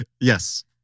Yes